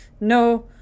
No